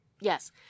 Yes